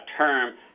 term